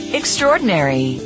extraordinary